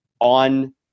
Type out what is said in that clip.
on